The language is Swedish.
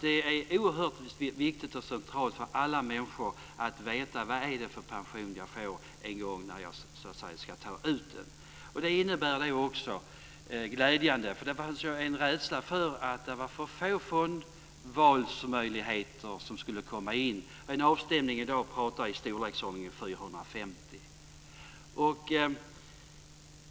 Det är oerhört viktigt och centralt för alla människor att veta vilken pension de får när det är dags att ta ut den. Det fanns en rädsla för att det var för få möjligheter till fondval, men en avstämning i dag talar i storleksordningen av 450.